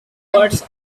towards